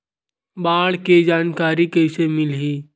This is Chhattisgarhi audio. बाढ़ के जानकारी कइसे मिलही?